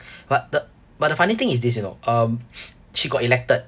but the but the funny thing is this you know um she got elected